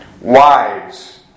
Wives